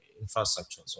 infrastructure